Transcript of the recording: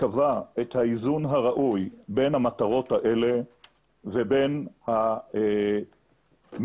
קבע את האיזון הראוי בין המטרות האלה ובין האלה ובין